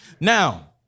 Now